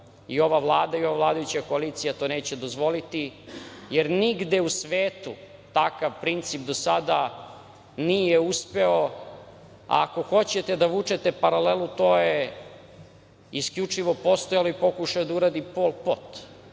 i ova Vlada i ova vladajuća koalicija to neće dozvoliti jer nigde u svetu takav princip do sada nije uspeo. Ako hoćete da vučete paralelu to je isključivo postojalo i pokušao je da uradi Pol Pot.